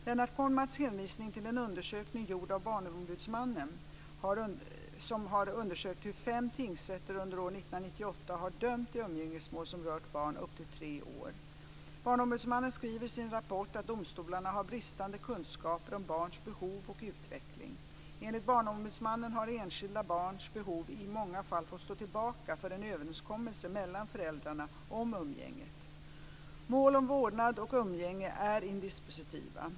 Lennart Kollmats hänvisar till en undersökning gjord av Barnombudsmannen, BO, som har undersökt hur fem tingsrätter under år 1998 har dömt i umgängesmål som rört barn upp till tre år. BO skriver i sin rapport att domstolarna har bristande kunskaper om barns behov och utveckling. Enligt BO har enskilda barns behov i många fall fått stå tillbaka för en överenskommelse mellan föräldrarna om umgänget.